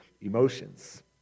emotions